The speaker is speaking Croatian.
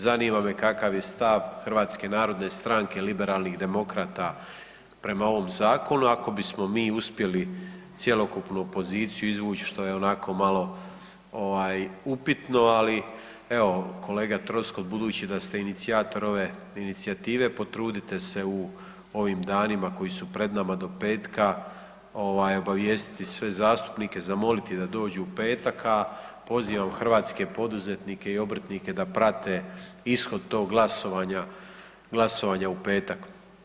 Zanima me kakav je stav HNS-a liberalnih demokrata prema ovom zakonu, ako bismo mi uspjeli cjelokupnu opoziciju izvući, što je onako malo upitno, ali evo, kolega Troskot, budući da ste inicijator ove inicijative, potrudite se u ovim danima koji su pred nama do petka ovaj, obavijestiti sve zastupnike, zamoliti da dođu u petak, a pozivam hrvatske poduzetnike i obrtnike da prate ishod tog glasovanja u petak.